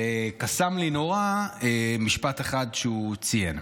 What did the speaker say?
וקסם לי נורא משפט אחד שהוא ציין.